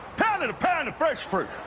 pound and pound of fresh fruit.